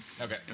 Okay